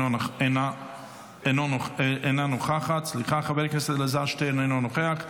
אינה נוכחת, חבר הכנסת אלעזר שטרן, אינו נוכח,